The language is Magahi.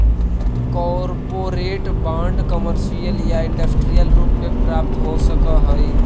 कॉरपोरेट बांड कमर्शियल या इंडस्ट्रियल रूप में प्राप्त हो सकऽ हई